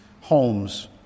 homes